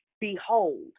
Behold